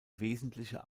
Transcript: wesentliche